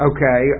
Okay